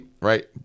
right